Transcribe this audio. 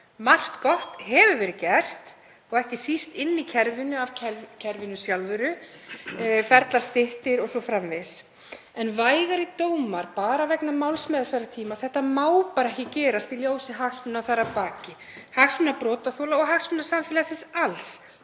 Margt gott hefur verið gert og ekki síst af kerfinu sjálfu, ferlar styttir o.s.frv. En vægari dómar bara vegna málsmeðferðartíma — þetta má ekki gerast í ljósi hagsmuna þar að baki, hagsmuna brotaþola og hagsmuna samfélagsins alls.